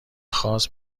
خاص